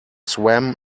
swam